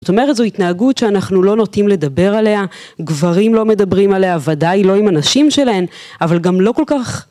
זאת אומרת זו התנהגות שאנחנו לא נוטים לדבר עליה גברים לא מדברים עליה ודאי לא עם הנשים שלהם אבל גם לא כל כך